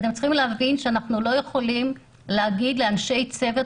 אתם צריכים להבין שאנחנו לא יכולים להגיד לאנשי צוות